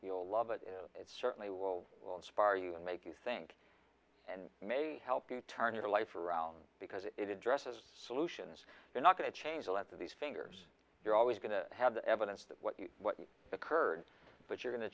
you'll love it it certainly will inspire you and make you think and may help you turn your life around because it addresses solutions you're not going to change a lot of these fingers you're always going to have the evidence that what you what occurred but you're going to